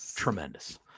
tremendous